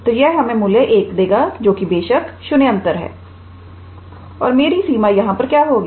तो यह हमें मूल्य 1 देगा जोकि बेशक शून्येतर है और मेरी सीमा यहां पर क्या होगी